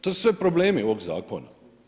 To su sve problemi ovog zakona.